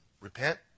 Repent